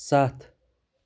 سَتھ